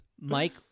Mike